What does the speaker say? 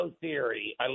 theory